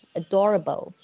adorable